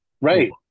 right